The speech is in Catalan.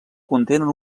contenen